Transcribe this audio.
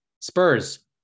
Spurs